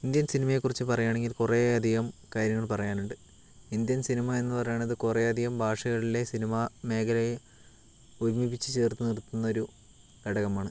Indian സിനിമയെക്കുറിച്ച് പറയുകയാണെങ്കിൽ ഇത് കുറേ അധികം കാര്യങ്ങൾ പറയാനുണ്ട് ഇന്ത്യൻ സിനിമ എന്നു പറയണത് കുറേ അധികം ഭാഷകളിലെ സിനിമ മേഖലയെ ഒരുമിപ്പിച്ചു ചേർത്തു നിർത്തുന്നൊരു ഘടകമാണ്